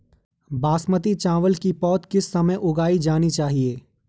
बासमती चावल की पौध किस समय उगाई जानी चाहिये?